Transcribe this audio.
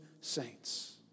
saints